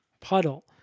puddle